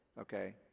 okay